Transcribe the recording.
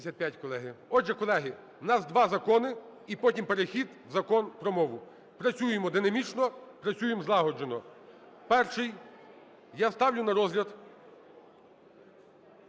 Отже, колеги, у нас два закони і потім перехід до Закону про мову. Працюємо динамічно, працюємо злагоджено. Перший я ставлю на розгляд…